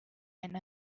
and